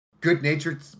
good-natured